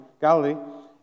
Galilee